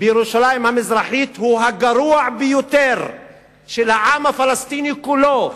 בירושלים המזרחית הוא הגרוע ביותר של העם הפלסטיני כולו,